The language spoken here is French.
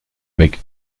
avec